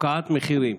הפקעת מחירים.